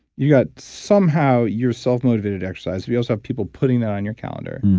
you got somehow, you're self-motivated to exercise. you also have people putting that on your calendar.